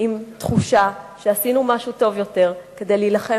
עם תחושה שעשינו משהו טוב יותר כדי להילחם